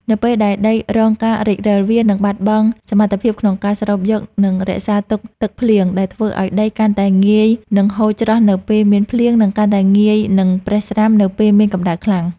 នៅពេលដែលដីរងការរិចរឹល វានឹងបាត់បង់សមត្ថភាពក្នុងការស្រូបយក និងរក្សាទុកទឹកភ្លៀង ដែលធ្វើឱ្យដីកាន់តែងាយនឹងហូរច្រោះនៅពេលមានភ្លៀង និងកាន់តែងាយនឹងប្រេះស្រាំនៅពេលមានកម្តៅខ្លាំង។